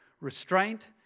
restraint